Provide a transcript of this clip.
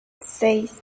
seis